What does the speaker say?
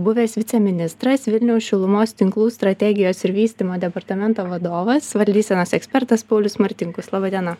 buvęs viceministras vilniaus šilumos tinklų strategijos ir vystymo departamento vadovas valdysenos ekspertas paulius martinkus laba diena